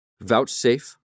vouchsafe